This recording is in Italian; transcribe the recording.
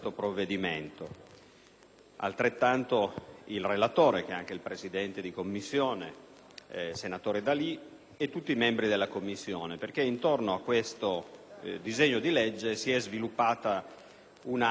provvedimento, il relatore, che è anche il presidente della Commissione ambiente, il senatore D'Alì, e tutti i membri della 13a Commissione, perché intorno a questo disegno di legge si è sviluppata un'ampia discussione.